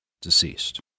deceased